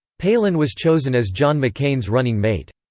palin was chosen as john mccain's running mate.